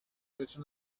rzeczy